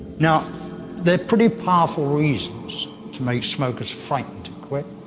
now they're pretty powerful reasons to make smokers frightened to quit.